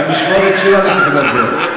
במשמרת שלו אני צריך לדבר.